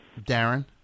Darren